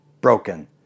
broken